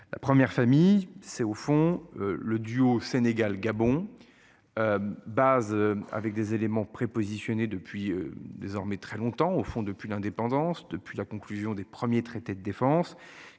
La première famille c'est au fond le duo Sénégal Gabon. Base avec des éléments prépositionnés depuis désormais très longtemps au fond depuis l'indépendance depuis la conclusion des premiers traités de défense